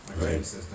Right